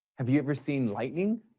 have you ever seen lightning?